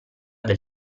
del